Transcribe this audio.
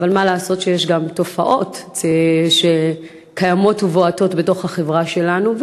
אבל מה לעשות שיש גם תופעות שקיימות ובועטות בתוך החברה שלנו,